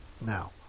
now